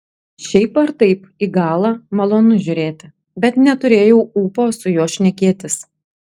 šiaip ar taip į galą malonu žiūrėti bet neturėjau ūpo su juo šnekėtis